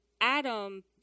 Adam